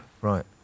Right